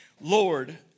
Lord